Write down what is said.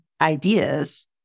ideas